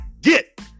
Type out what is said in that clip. get